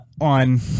on